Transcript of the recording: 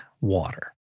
Water